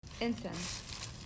Incense